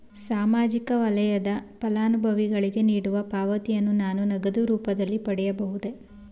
ಸಾಮಾಜಿಕ ವಲಯದ ಫಲಾನುಭವಿಗಳಿಗೆ ನೀಡುವ ಪಾವತಿಯನ್ನು ನಾನು ನಗದು ರೂಪದಲ್ಲಿ ಪಡೆಯಬಹುದೇ?